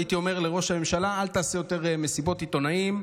הייתי אומר לראש הממשלה: אל תעשה יותר מסיבות עיתונאים.